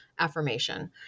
affirmation